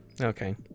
okay